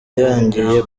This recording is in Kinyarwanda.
yongeye